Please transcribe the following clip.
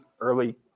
early